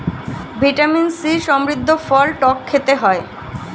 vitamin C সমৃদ্ধ ফল টক খেতে হয়